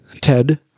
Ted